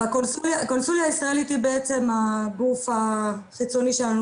הקונסוליה הישראלית היא בעצם הגוף החיצוני שלנו